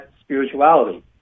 spirituality